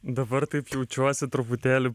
dabar taip jaučiuosi truputėlį